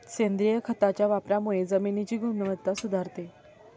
सेंद्रिय खताच्या वापरामुळे जमिनीची गुणवत्ता सुधारते